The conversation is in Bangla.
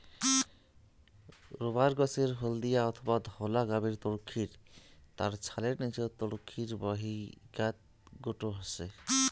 রবার গছের হলদিয়া অথবা ধওলা গাবের তরুক্ষীর তার ছালের নীচত তরুক্ষীর বাহিকাত গোটো হসে